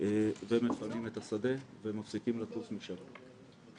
ומפנים את השדה ומפסיקים לטוס משם.